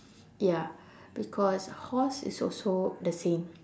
ya because horse is also the same